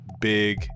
big